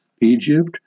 Egypt